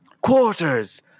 Quarters